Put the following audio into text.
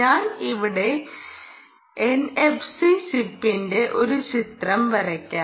ഞാൻ ഇവിടെ എൻഎഫ്സി ചിപ്പിന്റെ ഒരു ചിത്രം വരയ്ക്കാം